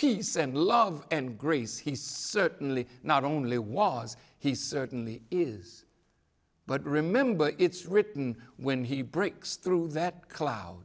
peace and love and grace he certainly not only was he certainly is but remember it's written when he breaks through that cloud